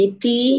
Iti